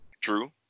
True